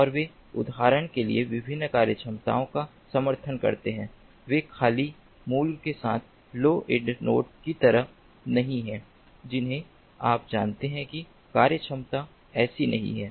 और वे उदाहरण के लिए विभिन्न कार्यात्मकताओं का समर्थन करते हैं वे खाली मूल के साथ लो एंड नोड्स की तरह नहीं हैं जिन्हें आप जानते हैं कि कार्यक्षमता ऐसी नहीं है